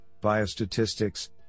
Biostatistics